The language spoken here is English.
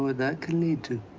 that can lead to?